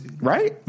Right